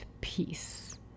peace